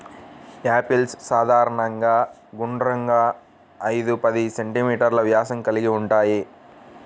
apples సాధారణంగా గుండ్రంగా, ఐదు పది సెం.మీ వ్యాసం కలిగి ఉంటాయి